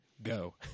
Go